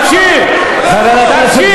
רגב,